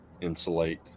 insulate